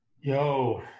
Yo